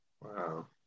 Wow